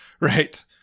right